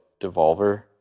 Devolver